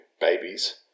babies